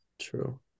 true